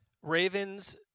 Ravens